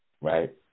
right